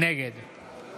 נגד